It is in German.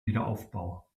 wiederaufbau